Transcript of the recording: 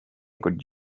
could